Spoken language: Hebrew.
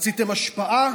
רציתם השפעה,